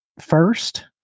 first